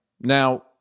Now